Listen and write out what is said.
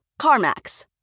CarMax